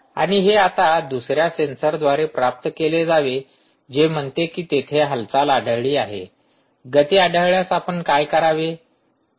आणि हे आता दुसर्या सेन्सरद्वारे प्राप्त केले जावे जे म्हणते की तेथे हालचाल आढळली आहे गती आढळल्यास आपण काय करावे